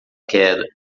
queda